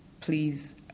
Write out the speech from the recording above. please